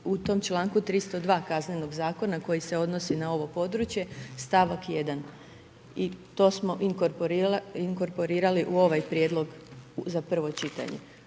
u tom čl. 302. Kaznenog zakona koji se odnosi na ovo područje st. 1. i to smo inkorporirali u ovaj prijedlog za prvo čitanja.